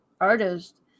artist